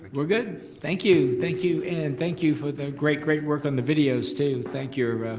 we're good! thank you, thank you, and thank you for the great, great work on the videos too. thank your